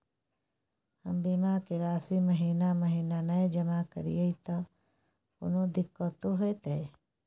हम बीमा के राशि महीना महीना नय जमा करिए त कोनो दिक्कतों होतय?